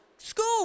school